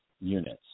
units